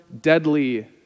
deadly